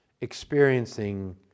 experiencing